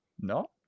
No